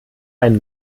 einen